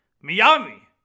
Miami